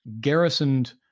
garrisoned